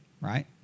right